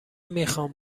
میخوام